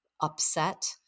upset